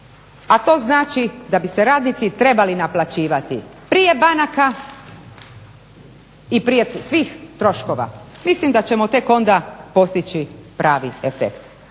a to znači da bi se radnici trebali naplaćivati prije banaka i prije svih troškova. Mislim da ćemo tek onda postići pravi efekt,